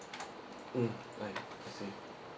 mm right I see